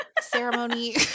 ceremony